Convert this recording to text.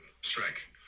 Strike